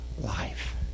life